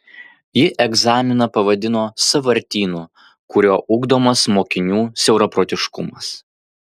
ji egzaminą pavadino sąvartynu kuriuo ugdomas mokinių siauraprotiškumas